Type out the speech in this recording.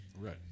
Right